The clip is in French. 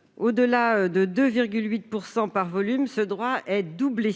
excède 2,8 % en volume, ce droit est doublé,